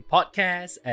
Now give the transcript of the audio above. Podcast